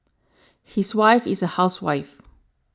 his wife is a housewife